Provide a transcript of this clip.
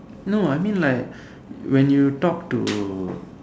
no I mean like when you talk to